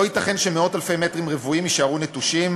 לא ייתכן שמאות-אלפי מטרים רבועים יישארו נטושים